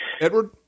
Edward